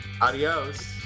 Adios